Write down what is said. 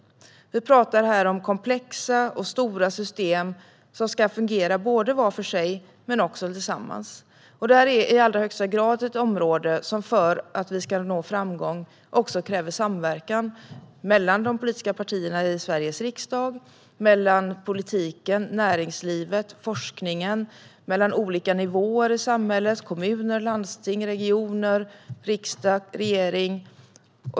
Vi pratar här om komplexa och stora system som ska fungera vart för sig men också tillsammans. Det här är i allra högsta grad ett område som - för att vi ska nå framgång - kräver samverkan mellan de politiska partierna i Sveriges riksdag, mellan politiken, näringslivet och forskningen samt mellan olika nivåer i samhället: kommuner, landsting, regioner, riksdag och regering.